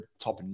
top